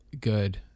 good